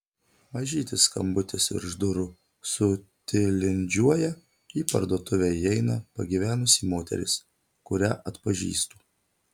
mažytis skambutis virš durų sutilindžiuoja į parduotuvę įeina pagyvenusi moteris kurią atpažįstu